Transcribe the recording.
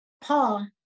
Paul